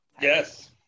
yes